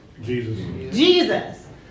Jesus